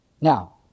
Now